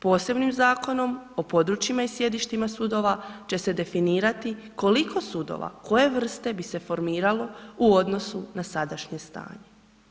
Posebnim Zakonom o područjima i sjedištima sudova će se definirati koliko sudova, koje vrste bi se formiralo u odnosu na sadašnje stanje.